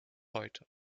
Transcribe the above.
heute